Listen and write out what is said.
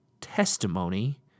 testimony